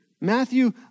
Matthew